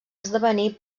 esdevenir